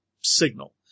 signal